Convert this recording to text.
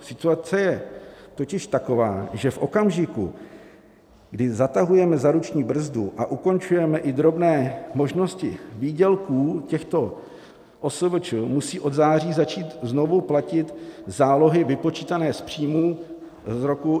Situace je totiž taková, že v okamžiku, kdy zatahujeme za ruční brzdu a ukončujeme i drobné možnosti výdělků těchto OSVČ, musí od září začít znovu platit zálohy vypočítané z příjmů roku 2019.